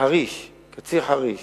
קציר-חריש